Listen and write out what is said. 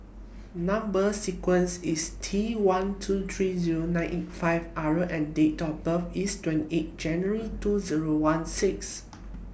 Number sequence IS T one two three Zero nine eight five R and Date of birth IS twenty eight January two Zero one six